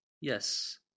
Yes